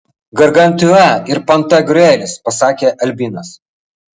gargantiua ir pantagriuelis pasakė albinas